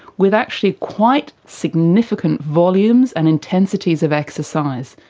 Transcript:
with actually quite significant volumes and intensities of exercise.